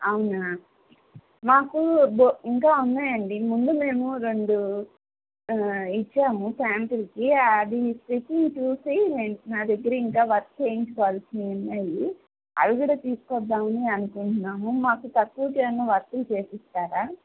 అవునా మాకు ఇంకా ఉన్నాయండి ముందు మేము రెండు ఇచ్చాము స్యాంపిల్కి అది స్టిచ్చింగ్ చూసి నా దగ్గర ఇంకా వర్క్ చేయించుకోవలసినవి ఉన్నాయి అవి కూడా తీసుకు వద్దామనే అనుకుంటున్నాము మాకు తక్కువకు ఏమైన్నా వర్కులు చేసి ఇస్తారా